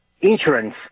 insurance